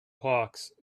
hawks